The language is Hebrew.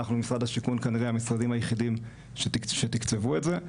אננו משרד השיכון כנראה משמשרדים היחידים שתקצבו את זה.